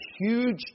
huge